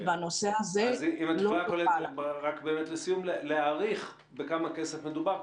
אם תוכלי להעריך בכמה כסף מדובר,